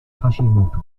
hashimoto